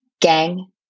gang